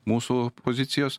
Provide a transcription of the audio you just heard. mūsų pozicijos